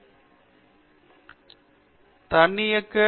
பேராசிரியர் பி